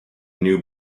new